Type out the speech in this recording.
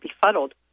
befuddled